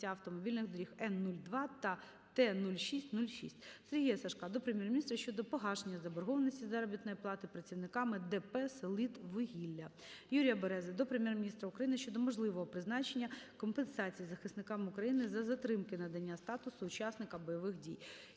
автомобільних доріг Н-02 та Т-0606. Сергія Сажка до Прем'єр-міністра щодо погашення заборгованості із заробітної плати працівникам ДП "Селидіввугілля". Юрія Берези до Прем'єр-міністра України щодо можливого призначення компенсацій захисникам України за затримки надання статусу учасника бойових дій.